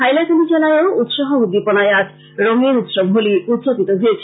হাইলাকান্দি জেলায় ও উৎসাহ উদ্দীপনায় আজ রংগের উৎসব হোলি উদযাপিত হয়েছে